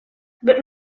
but